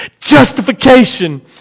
Justification